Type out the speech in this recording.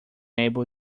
enable